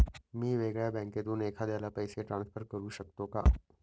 मी वेगळ्या बँकेतून एखाद्याला पैसे ट्रान्सफर करू शकतो का?